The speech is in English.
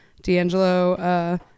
D'Angelo